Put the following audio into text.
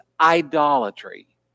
idolatry